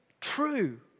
true